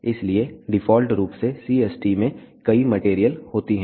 इसलिए डिफ़ॉल्ट रूप से CST में कई मटेरियल होती हैं